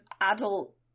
adult